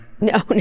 No